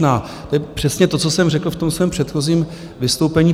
To je přesně to, co jsem řekl v tom svém předchozím vystoupení.